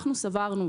אנחנו סברנו,